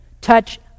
Touch